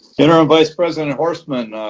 interim vice president horstman?